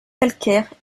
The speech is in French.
calcaires